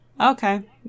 Okay